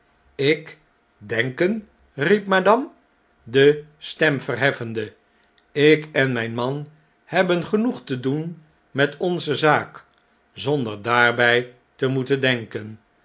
ik denken riep madame de stem verheffende ik en mjn man hebben genoeg te doen met onze zaak zonder daarbg te moeten denken